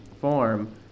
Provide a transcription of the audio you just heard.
form